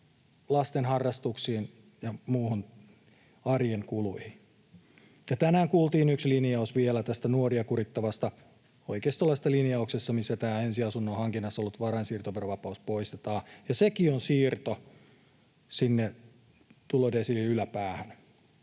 lasten harrastuksiin ja muihin arjen kuluihin. Tänään kuultiin yksi linjaus vielä tästä nuoria kurittavasta oikeistolaisesta linjauksesta, missä tämä ensiasunnon hankinnassa ollut varainsiirtoverovapaus poistetaan. Sekin on siirto sinne tulodesiilien yläpäähän.